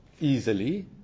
easily